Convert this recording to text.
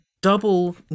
double